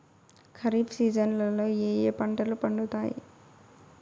ఖరీఫ్ సీజన్లలో ఏ ఏ పంటలు పండుతాయి